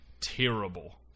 terrible